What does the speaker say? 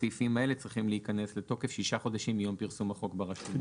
צריכים להיכנס לתוקף שישה חודשים מיום פרסום החוק ברשומות.